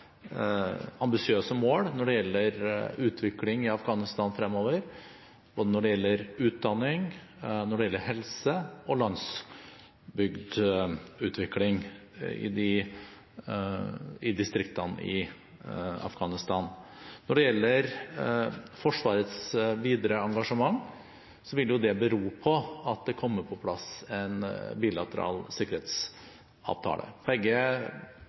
ambisiøse mål når det gjelder utvikling i Afghanistan fremover, når det gjelder både utdanning, helse og landsbygdutvikling i distriktene i Afghanistan. Når det gjelder Forsvarets videre engasjement, vil det bero på at det kommer på plass en bilateral sikkerhetsavtale. Begge